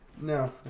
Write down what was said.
No